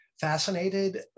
fascinated